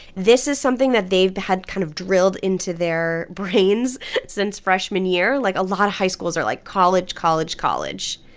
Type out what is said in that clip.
this is something that they've had kind of drilled into their brains since freshman year. year. like, a lot of high schools are like, college, college, college